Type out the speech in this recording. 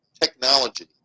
technology